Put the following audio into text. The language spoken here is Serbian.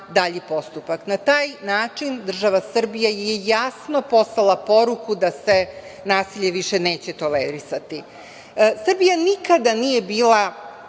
dalji postupak. Na taj način država Srbija je jasno poslala poruku da se nasilje više neće tolerisati. Srbija nikada nije bila